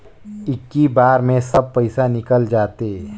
इक्की बार मे सब पइसा निकल जाते?